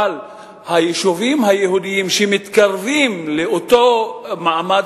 אבל ביישובים היהודיים שמתקרבים לאותו מעמד